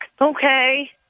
okay